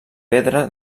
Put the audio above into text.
pedra